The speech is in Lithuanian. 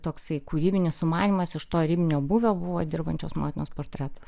toksai kūrybinis sumanymas iš to ribinio būvio buvo dirbančios motinos portretas